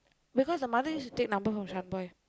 because the mother used to take number from Shaan boy